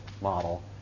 model